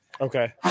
Okay